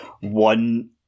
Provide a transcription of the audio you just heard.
one